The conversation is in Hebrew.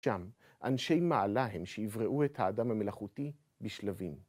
שם, אנשי מעלה הם שיבראו את האדם המלאכותי בשלבים.